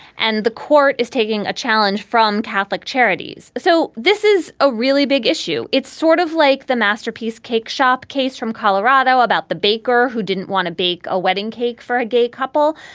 and the court is taking a challenge from catholic charities. so this is a really big issue. it's sort of like the masterpiece cake shop case from colorado about the baker who didn't want to bake a wedding cake for a gay couple.